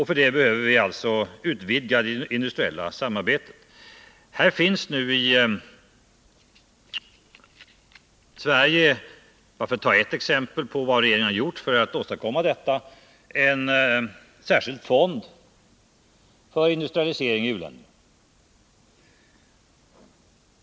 För att bara ta ett exempel på vad regeringen har gjort för att åstadkomma detta kan jag nämna att det i Sverige finns en särskild fond för industrialisering i u-länderna.